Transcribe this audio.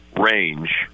range